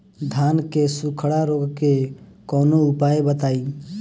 धान के सुखड़ा रोग के कौनोउपाय बताई?